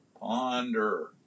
Ponder